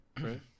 right